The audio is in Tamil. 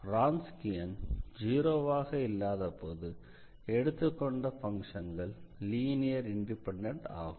ரான்ஸ்கியன் ஜீரோவாக இல்லாதபோது எடுத்துக்கொண்ட பங்க்ஷன்கள் லீனியர் இண்டிபெண்டன்ட் ஆகும்